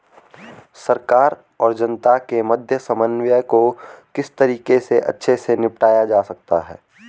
सरकार और जनता के मध्य समन्वय को किस तरीके से अच्छे से निपटाया जा सकता है?